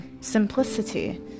simplicity